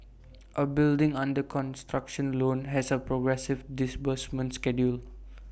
A building under construction loan has A progressive disbursement can deal